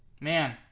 man